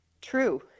True